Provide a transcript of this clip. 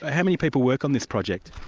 ah how many people work on this project?